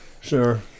Sure